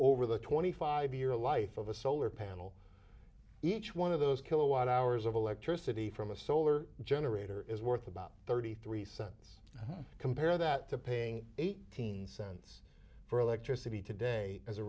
over the twenty five year life of a solar panel each one of those kilowatt hours of electricity from a solar generator is worth about thirty three cents compare that to paying eighteen cents for electricity today as a